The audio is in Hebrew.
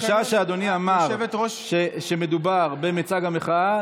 בשעה שאדוני אמר שמדובר במיצג המחאה,